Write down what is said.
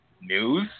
news